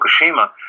Fukushima